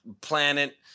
planet